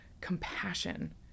compassion